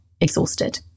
exhausted